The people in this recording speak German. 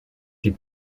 die